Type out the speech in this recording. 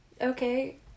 Okay